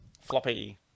Floppy